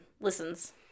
listens